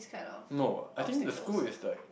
no I think the school is like